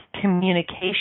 communication